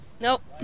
Nope